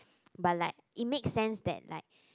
but like it makes sense that like